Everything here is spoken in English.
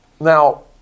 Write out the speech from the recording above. Now